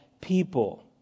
people